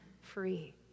free